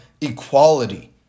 equality